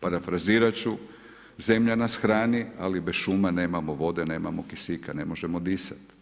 parafrazirat ću zemlja nas hrani, ali bez šuma nemamo vode, nemamo kisika ne možemo disat.